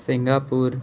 Singapore